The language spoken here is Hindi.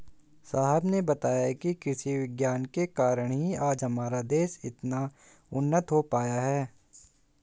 साहब ने बताया कि कृषि विज्ञान के कारण ही आज हमारा देश इतना उन्नत हो पाया है